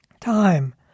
time